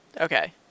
Okay